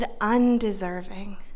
undeserving